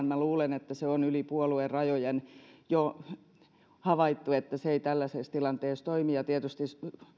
minä luulen että se on yli puoluerajojen jo havaittu että se ei tällaisessa tilanteessa toimi ja tietysti